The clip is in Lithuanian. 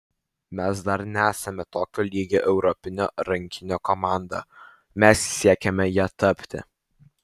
mes dar nesame tokio lygio europinio rankinio komanda mes siekiame ja tapti